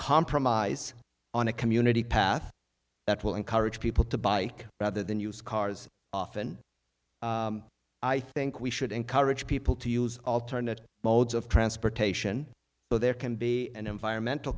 compromise on a community path that will encourage people to buy rather than use cars often i think we should encourage people to use alternate modes of transportation so there can be an environmental